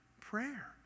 prayer